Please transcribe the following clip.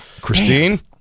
Christine